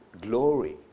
glory